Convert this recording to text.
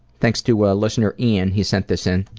thanks to a listener ian, he sent this in.